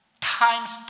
times